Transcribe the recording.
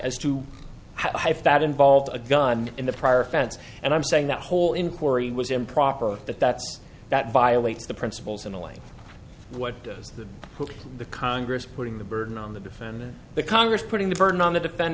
as to how that involved a gun in the prior offense and i'm saying that whole inquiry was improper that that that violates the principles and what does that put the congress putting the burden on the defendant the congress putting the burden on the defen